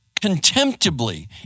contemptibly